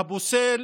הפוסל